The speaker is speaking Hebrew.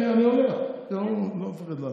אני עונה לך, לא מפחד לענות.